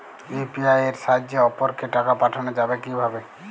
UPI এর সাহায্যে অপরকে টাকা পাঠানো যাবে কিভাবে?